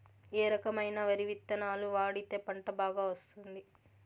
ఏ రకమైన వరి విత్తనాలు వాడితే పంట బాగా వస్తుంది?